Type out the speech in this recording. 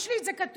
יש לי את זה כתוב.